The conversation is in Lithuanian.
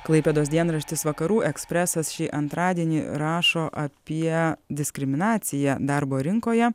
klaipėdos dienraštis vakarų ekspresas šį antradienį rašo apie diskriminaciją darbo rinkoje